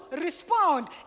respond